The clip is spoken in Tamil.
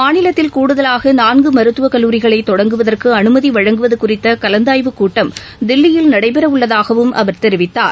மாநிலத்தில் கூடுதலாகநான்குமருத்துவக் கல்லூரிகளைதொடங்குவதற்குஅனுமதிவழங்குவதுகுறித்தகலந்தாய்வுக் கூட்டம் தில்லியில் நடைபெறவுள்ளதாகவும் அவர் கெரிவித்தார்